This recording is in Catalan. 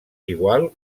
igual